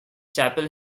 chapel